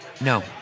No